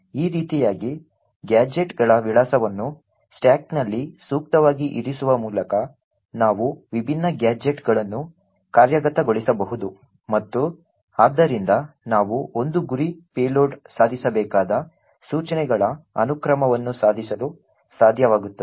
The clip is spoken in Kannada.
ಈ ರೀತಿಯಾಗಿ ಗ್ಯಾಜೆಟ್ಗಳ ವಿಳಾಸವನ್ನು ಸ್ಟಾಕ್ನಲ್ಲಿ ಸೂಕ್ತವಾಗಿ ಇರಿಸುವ ಮೂಲಕ ನಾವು ವಿಭಿನ್ನ ಗ್ಯಾಜೆಟ್ಗಳನ್ನು ಕಾರ್ಯಗತಗೊಳಿಸಬಹುದು ಮತ್ತು ಆದ್ದರಿಂದ ನಾವು ಒಂದು ಗುರಿ ಪೇಲೋಡ್ ಸಾಧಿಸಬೇಕಾದ ಸೂಚನೆಗಳ ಅನುಕ್ರಮವನ್ನು ಸಾಧಿಸಲು ಸಾಧ್ಯವಾಗುತ್ತದೆ